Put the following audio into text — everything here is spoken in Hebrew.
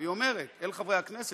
היא אומרת: אל חברי הכנסת,